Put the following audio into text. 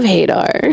Hadar